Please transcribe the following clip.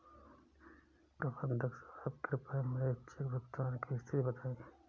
प्रबंधक साहब कृपया मेरे चेक भुगतान की स्थिति बताएं